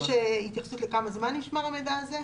יש התייחסות לכמה זמן נשמר המידע הזה?: